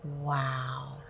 Wow